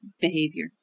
behavior